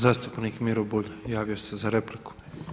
Zastupnik Miro Bulj javio se za repliku.